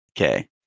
okay